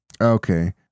Okay